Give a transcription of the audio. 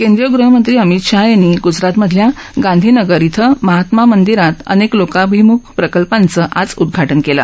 केंद्रीय गृहमंत्री अमित शहा यांनी ग्जरात राज्यातल्या गांधीनगर इथं महात्मा मंदीरात अनेक लोकाभिमुख प्रकल्पांचं उद्धाटन केलं